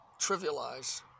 trivialize